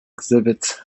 exhibits